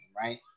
right